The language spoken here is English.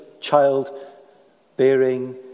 childbearing